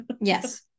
Yes